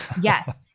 Yes